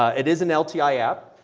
ah it is an lti ah app,